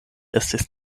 estis